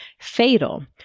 fatal